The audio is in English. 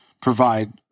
provide